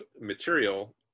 material